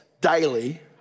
daily